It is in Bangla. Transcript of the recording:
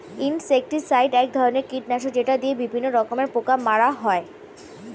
ইনসেক্টিসাইড এক ধরনের কীটনাশক যেটা দিয়ে বিভিন্ন রকমের পোকা মারা হয়